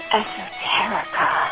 esoterica